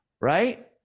right